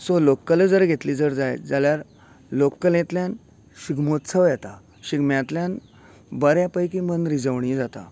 so लोककला जर घेतली जायत जाल्यार लोककलेंतल्यान शिगमोत्सव येता शिगम्यांतल्यान बऱ्या पैकी मनरिजोवणी जाता